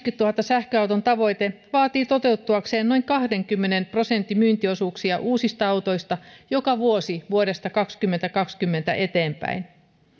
sähköauton tavoite vaatii toteutuakseen noin kahdenkymmenen prosentin myyntiosuuksia uusista autosta joka vuosi vuodesta kaksituhattakaksikymmentä eteenpäin